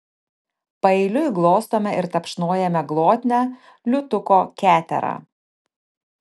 paeiliui glostome ir tapšnojame glotnią liūtuko keterą